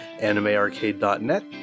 animearcade.net